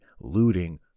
looting